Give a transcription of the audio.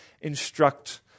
instruct